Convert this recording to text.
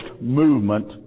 movement